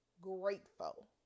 grateful